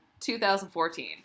2014